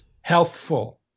healthful